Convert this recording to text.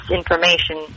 information